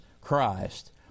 Christ